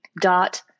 dot